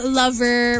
lover